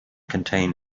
contain